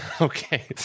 Okay